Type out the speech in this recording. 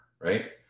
right